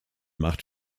macht